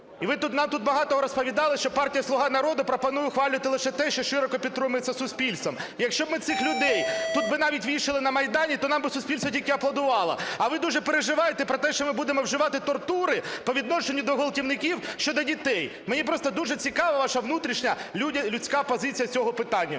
нам багато розповідали, що партія "Слуга народу" пропонує ухвалювати лише те, що широко підтримується суспільством, якщо ми цих людей тут би навіть вішали на майдані, то нам би суспільство тільки аплодувало? А ви дуже переживаєте про те, що ми будемо вживати тортури по відношенню до ґвалтівників щодо дітей. Мені просто дуже цікава ваша внутрішня людська позиція з цього питання.